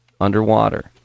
underwater